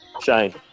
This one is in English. Shane